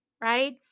right